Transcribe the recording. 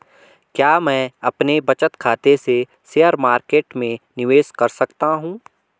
क्या मैं अपने बचत खाते से शेयर मार्केट में निवेश कर सकता हूँ?